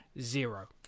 zero